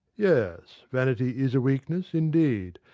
yes, vanity is a weakness, indeed,